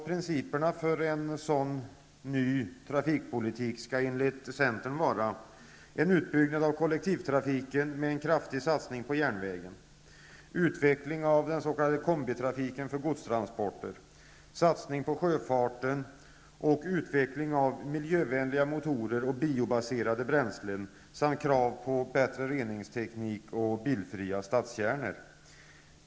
Principerna för en sådan ny trafikpolitik skall enligt centern vara: utbyggnad av kollektivtrafiken med kraftig satsning på järnvägen, utveckling av den s.k. kombitrafiken för godstransporter, satsning på sjöfarten, utveckling av miljövänliga motorer och biobaserade bränslen samt krav på bättre reningsteknik och bilfria stadskärnor.